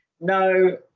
no